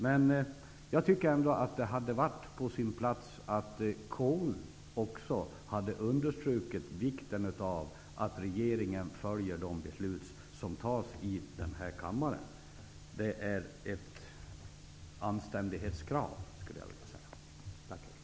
Men jag tycker ändå att det hade varit på sin plats att konstitutionsutskottet också hade understrukit vikten av att regeringen följer de beslut som fattas här i kammaren. Det är ett anständighetskrav, skulle jag vilja säga.